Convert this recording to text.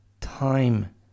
time